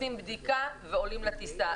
עושים בדיקה ועולים לטיסה.